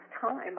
time